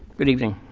good evening.